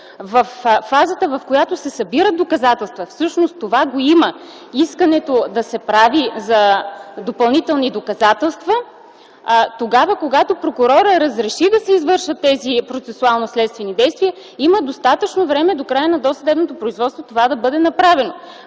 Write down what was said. фазата, в която се събират доказателства”, всъщност това го има – искането да се прави за допълнителни доказателства, когато прокурорът разреши да се извършат тези процесуално-следствени действия, има достатъчно време до края на досъдебното производство това да бъде направено.